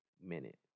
minute